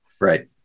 Right